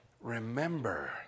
remember